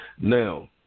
Now